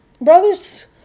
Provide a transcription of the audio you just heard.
brothers